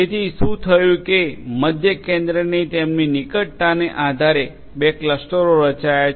તેથી શું થયું કે મધ્ય કેન્દ્રની તેમની નિકટતાના આધારે બે ક્લસ્ટરો રચાયા છે